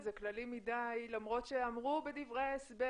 זה כללי מדי למרות שאמרו בדברי ההסבר